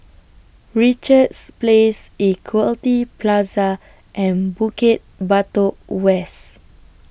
Richards Place Equity Plaza and Bukit Batok West